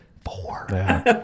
four